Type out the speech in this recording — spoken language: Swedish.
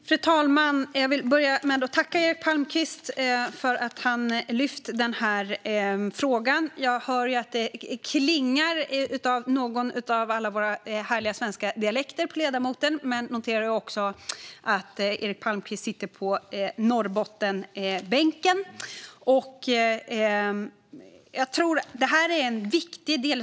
Fru talman! Jag vill börja med att tacka Eric Palmqvist för att han har lyft fram denna fråga. Jag hör att ledamotens röst klingar av någon av alla våra härliga svenska dialekter, men jag noterar också att Eric Palmqvist sitter på Norrbottensbänken.